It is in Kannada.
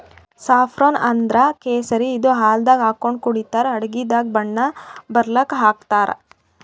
ಸಾಫ್ರೋನ್ ಅಂದ್ರ ಕೇಸರಿ ಇದು ಹಾಲ್ದಾಗ್ ಹಾಕೊಂಡ್ ಕುಡಿತರ್ ಅಡಗಿದಾಗ್ ಬಣ್ಣ ಬರಲಕ್ಕ್ ಹಾಕ್ತಾರ್